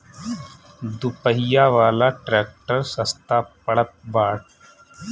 दू पहिया वाला ट्रैक्टर सस्ता पड़त बा